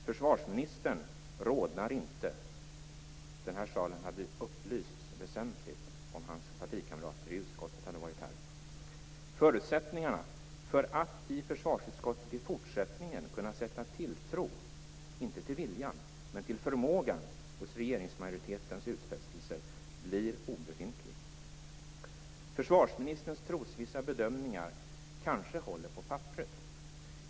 Försvarsministern rodnar inte - den här salen hade upplysts väsentligt om hans partikamrater i utskottet hade varit här. Förutsättningarna för att i försvarsutskottet i fortsättningen kunna sätta tilltro till inte viljan men förmågan hos regeringsmajoritetens utfästelser blir obefintliga. Försvarsministerns trosvissa bedömningar kanske håller på papperet.